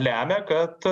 lemia kad